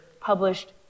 published